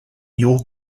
your